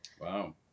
Wow